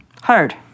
Hard